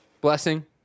Blessing